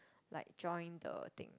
like join the thing